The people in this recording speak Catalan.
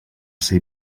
ser